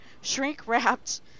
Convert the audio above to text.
shrink-wrapped